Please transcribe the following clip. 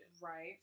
Right